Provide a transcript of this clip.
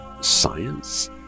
science